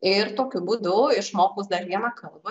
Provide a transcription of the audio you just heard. ir tokiu būdu išmokus dar vieną kalbą